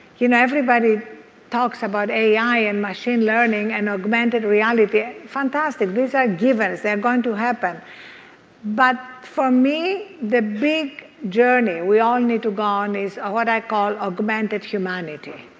you know everybody talks about ai and machine learning and augmented reality. ah fantastic. these are givens. they are going to happen but for me, the big journey we all need to go on is what i call augmented humanity.